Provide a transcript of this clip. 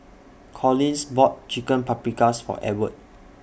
Collins bought Chicken Paprikas For Edward